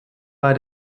bei